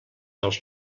dels